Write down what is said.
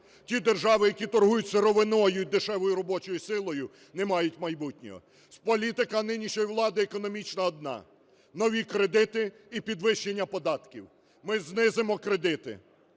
Ті держави, які торгують сировиною і дешевою робочою силою, не мають майбутнього. Політика нинішньої влади економічна одна – нові кредити і підвищення податків. Ми знизимо кредити,